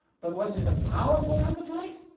but was it a powerful appetite?